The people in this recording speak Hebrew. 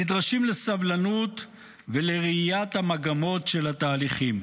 נדרשים לסבלנות ולראיית המגמות של התהליכים.